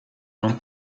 non